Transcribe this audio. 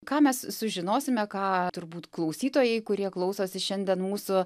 ką mes sužinosime ką turbūt klausytojai kurie klausosi šiandien mūsų